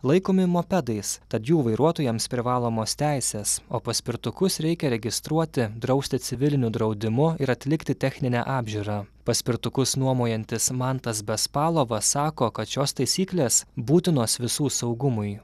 laikomi mopedais tad jų vairuotojams privalomos teisės o paspirtukus reikia registruoti drausti civiliniu draudimu ir atlikti techninę apžiūrą paspirtukus nuomojantis mantas bespalovas sako kad šios taisyklės būtinos visų saugumui